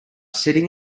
sitting